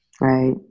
Right